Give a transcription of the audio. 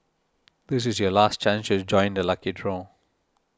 this is your last chance to join the lucky draw